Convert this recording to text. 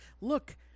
look